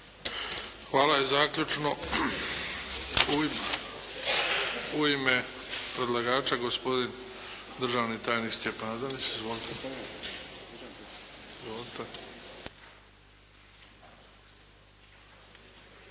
Hvala. Zaključno u ime predlagača gospodin državni tajnik Stjepan Adanić.